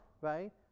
right